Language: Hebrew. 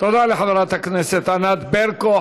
תודה לחברת הכנסת ענת ברקו.